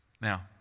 Now